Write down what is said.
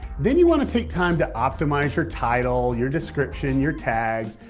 then you want to take time to optimize your title, your description, your tags,